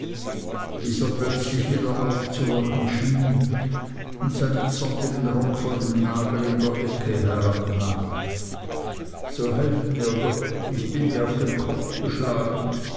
bis er plötzlich wieder aufzuwachen schien und seinen zottigen rock von dem nagel in der ecke herabnahm so helft mir doch ich bin wie auf den kopf geschlagen